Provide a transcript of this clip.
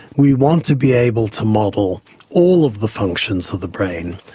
we want to be able to model all of the functions of the brain.